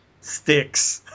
Sticks